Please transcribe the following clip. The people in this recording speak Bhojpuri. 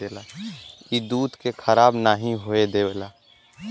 ई दूध के खराब नाही होए देला